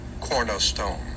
cornerstone